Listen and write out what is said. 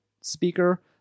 speaker